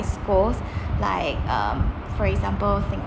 scores like um for example sing~